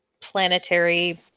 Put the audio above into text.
planetary